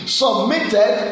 submitted